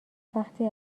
وقتی